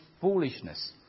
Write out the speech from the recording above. foolishness